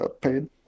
pain